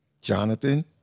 jonathan